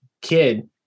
kid